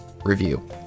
review